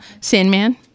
sandman